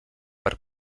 per